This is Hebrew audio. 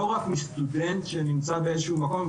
לא רק מסטודנט שנמצא באיזשהו מקום,